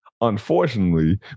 unfortunately